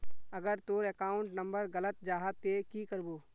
अगर तोर account number गलत जाहा ते की करबो?